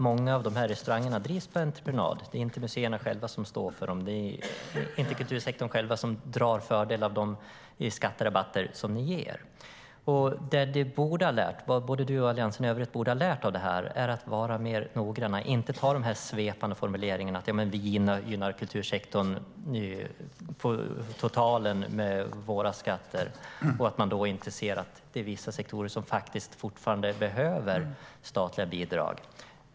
Många av dessa restauranger drivs på entreprenad. Det är inte museerna själva som står för dem, och det är inte kultursektorn själv som drar fördel av de skatterabatter som ni ger, Per Bill. Det som både du och Alliansen i övrigt borde ha lärt er av detta är att vara mer noggranna och inte ha svepande formuleringar om att ni gynnar kultursektorn totalt med era skatter och att ni då inte ser att vissa sektorer fortfarande behöver statliga bidrag.